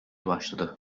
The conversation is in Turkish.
başladı